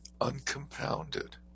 uncompounded